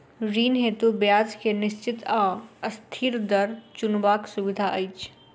ऋण हेतु ब्याज केँ निश्चित वा अस्थिर दर चुनबाक सुविधा अछि